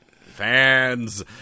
Fans